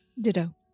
Ditto